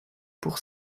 pour